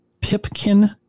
Pipkin